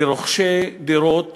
לרוכשי דירות